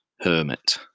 hermit